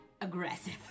aggressive